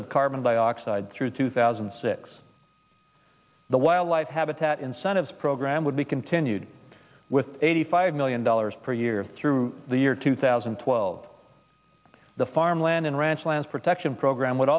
of carbon dioxide through two thousand and six the wildlife habitat incentives program would be continued with eighty five million dollars per year through the year two thousand and twelve the farmland in ranch lands protection program would